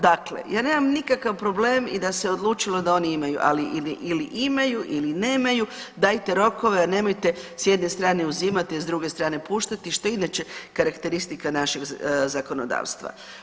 Dakle, ja nemam nikakav problem i da se odlučilo da oni imaju, ali ili imaju ili nemaju, dajte rokove, a nemojte s jedne strane uzimati, a s druge strane puštati što je inače karakteristika našeg zakonodavstva.